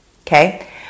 okay